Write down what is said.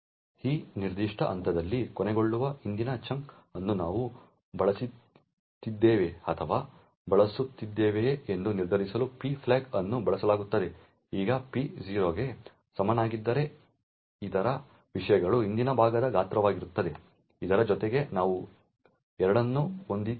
ಈ ನಿರ್ದಿಷ್ಟ ಹಂತದಲ್ಲಿ ಕೊನೆಗೊಳ್ಳುವ ಹಿಂದಿನ ಚಂಕ್ ಅನ್ನು ನಾವು ಬಳಸಿದ್ದೇವೆಯೇ ಅಥವಾ ಬಳಸಿದ್ದೇವೆಯೇ ಎಂದು ನಿರ್ಧರಿಸಲು P ಫ್ಲ್ಯಾಗ್ ಅನ್ನು ಬಳಸಲಾಗುತ್ತದೆ ಈಗ P 0 ಗೆ ಸಮನಾಗಿದ್ದರೆ ಇದರ ವಿಷಯಗಳು ಹಿಂದಿನ ಭಾಗದ ಗಾತ್ರವಾಗಿರುತ್ತದೆ ಇದರ ಜೊತೆಗೆ ನಾವು 2 ಅನ್ನು ಹೊಂದಿದ್ದೇವೆ